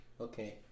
okay